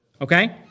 Okay